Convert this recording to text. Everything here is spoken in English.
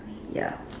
ya